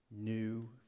new